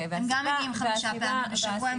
הם גם מגיעים חמש פעמים בשבוע,